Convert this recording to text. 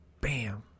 Bam